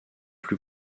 plus